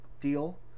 deal